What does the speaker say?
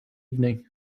evening